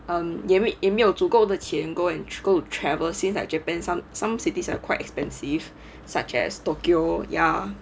um 也没有足够的钱 go and go to travel since like japan some some cities are quite expensive such as tokyo ya